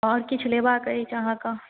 आओर किछु लेबाक अछि अहाँके